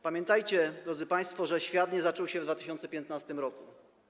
Pamiętajcie, drodzy państwo, że świat nie zaczął się w 2015 r.